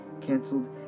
canceled